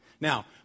Now